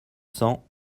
cents